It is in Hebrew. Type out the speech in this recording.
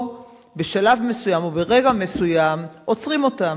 בשלב מסוים או ברגע מסוים עוצרים אותם,